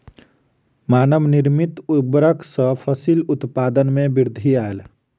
मानव निर्मित उर्वरक सॅ फसिल उत्पादन में वृद्धि आयल